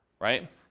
right